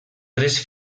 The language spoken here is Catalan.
tres